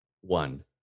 one